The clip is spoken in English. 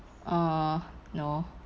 err no